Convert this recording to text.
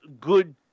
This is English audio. good